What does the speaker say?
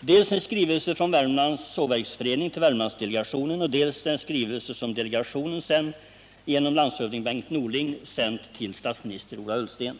dels en skrivelse från Värmlands sågverksförening till Värmlandsdelegationen, dels en skrivelse som delegationen sedan genom landshövding Bengt Norling sänt till statsminister Ola Ullsten.